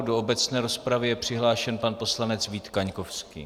Do obecné rozpravy je přihlášen pan poslanec Vít Kaňkovský.